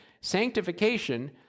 sanctification